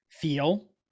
feel